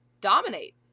dominate